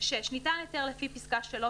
(6)ניתן היתר לפי פסקה (3),